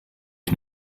ich